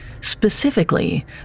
specifically